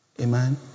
Amen